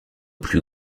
plus